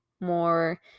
more